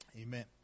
Amen